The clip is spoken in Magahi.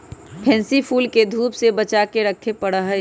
पेनसी फूल के धूप से बचा कर रखे पड़ा हई